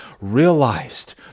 realized